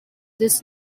this